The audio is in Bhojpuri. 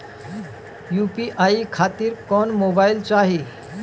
यू.पी.आई खातिर कौन मोबाइल चाहीं?